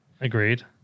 Agreed